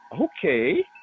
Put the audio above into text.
Okay